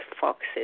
foxes